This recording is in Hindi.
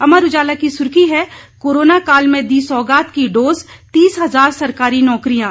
अमर उजाला की सुर्खी है कोरोना काल में दी सौगात की डोज तीस हजार सरकारी नौकरियां